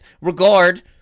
regard